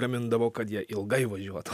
gamindavo kad jie ilgai važiuotų